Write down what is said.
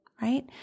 right